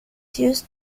used